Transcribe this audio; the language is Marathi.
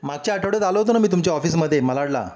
मागच्या आठवड्यात आलो होतो ना मी तुमच्या ऑफिसमध्ये मलाडला